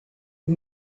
who